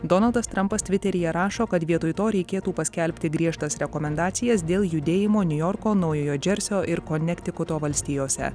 donaldas trampas tviteryje rašo kad vietoj to reikėtų paskelbti griežtas rekomendacijas dėl judėjimo niujorko naujojo džersio ir konektikuto valstijose